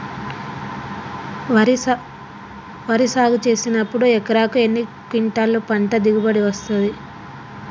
వరి సాగు చేసినప్పుడు ఎకరాకు ఎన్ని క్వింటాలు పంట దిగుబడి వస్తది?